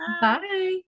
Bye